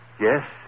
yes